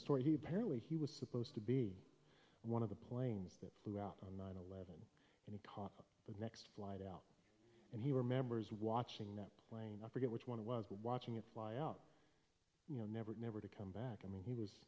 story he apparently he was supposed to be one of the planes that flew out on nine and he caught the next flight out and he remembers watching that plane i forget which one it was watching it fly out you know never it never to come back i mean he was